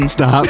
Stop